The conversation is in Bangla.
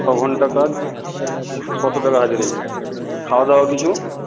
ছ ঘণ্টা কাজ ছশো টাকা হাজিরি খাওয়া দাওয়া কিছু